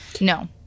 No